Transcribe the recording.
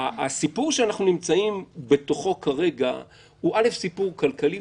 הסיפור שאנחנו נמצאים בתוכו כרגע הוא סיפור כלכלי,